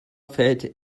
fällt